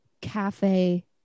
cafe